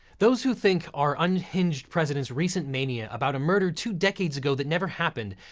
those who think our unhinged president's recent mania about a murder two decades ago that never happened,